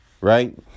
right